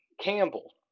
Campbell